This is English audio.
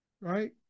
right